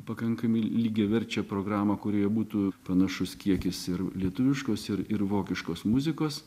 pakankamai lygiaverčią programą kurioje būtų panašus kiekis ir lietuviškos ir ir vokiškos muzikos